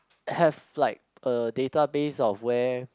have like a database of where